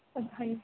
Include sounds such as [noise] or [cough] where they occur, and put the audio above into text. [unintelligible]